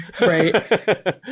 right